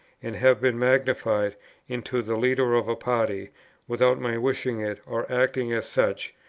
and have been magnified into the leader of a party without my wishing it or acting as such,